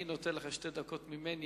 אני נותן לך שתי דקות ממני,